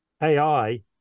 AI